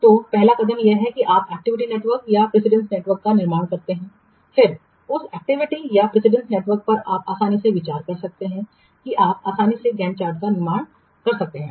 तो पहला कदम यह है कि आप एक्टिविटी नेटवर्क या प्रीसीडेंस नेटवर्क का निर्माण करते हैं फिर उस एक्टिविटी नेटवर्क या प्रीसीडेंस नेटवर्क पर आप आसानी से विचार कर सकते हैं कि आप आसानी से गैंट चार्ट का निर्माण कर सकते हैं